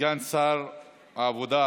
סגן שר העבודה,